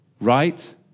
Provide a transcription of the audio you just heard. Right